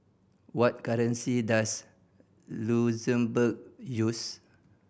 what currency does Luxembourg use